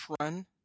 run